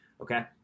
Okay